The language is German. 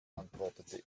antwortete